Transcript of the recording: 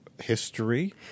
history